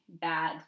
bad